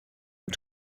und